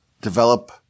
develop